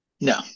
No